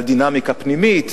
על דינמיקה פנימית,